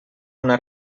una